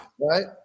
Right